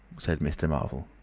said mr. marvel.